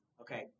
Okay